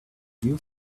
used